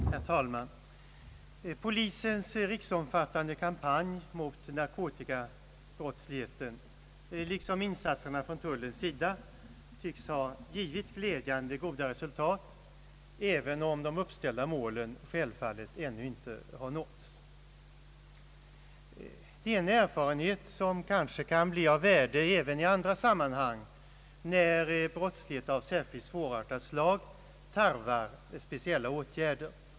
Herr talman! Polisens riksomfattande kampanj mot narkotikabrottsligheten, liksom insatserna från tullens sida, tycks ha givit glädjande goda resultat, även om det uppställda målet självfallet ännu inte har nåtts. Det är en erfarenhet som kanske kan bli av värde även i andra sammanhang när brottslighet av särskilt svårartat slag tarvar speciella åtgärder.